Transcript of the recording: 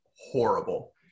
horrible